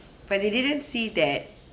but they didn't see that